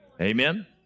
Amen